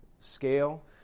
scale